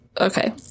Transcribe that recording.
Okay